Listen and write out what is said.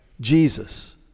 Jesus